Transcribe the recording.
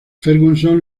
ferguson